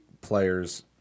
players